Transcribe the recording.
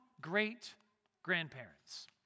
great-grandparents